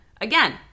Again